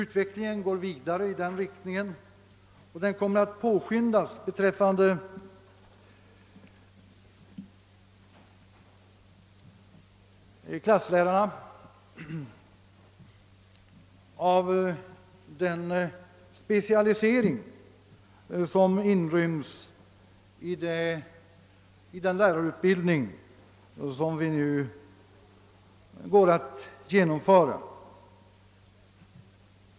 Utvecklingen går vidare i denna riktning, och den kommer för klasslärarna att påskyndas av den specialisering som inryms i den lärarutbildning som vi nu ämnar genomföra.